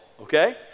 okay